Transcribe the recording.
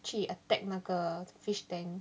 去 attack 那个 fish tank